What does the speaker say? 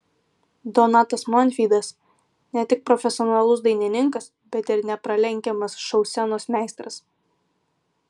donatas montvydas ne tik profesionalus dainininkas bet ir nepralenkiamas šou scenos meistras